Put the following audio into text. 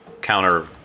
counter